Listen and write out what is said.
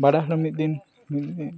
ᱵᱟᱰᱟᱭ ᱦᱚᱲ ᱢᱤᱫ ᱫᱤᱱ